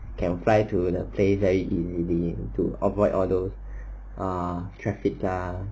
can fly to the place very immediately to avoid all those uh traffic ah